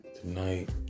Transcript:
Tonight